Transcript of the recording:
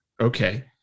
Okay